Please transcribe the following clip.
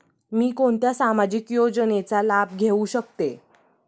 मी कोणत्या सामाजिक योजनेचा लाभ घेऊ शकते?